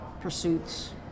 pursuits